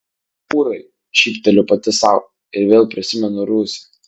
ūrai šypteliu pati sau ir vėl prisimenu rūsį